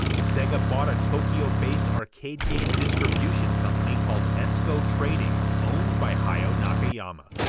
sega bought a tokyo-based arcade game distribution company called esco trading, owned by hayao nakayama,